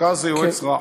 הכעס זה יועץ רע.